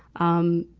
um,